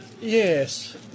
Yes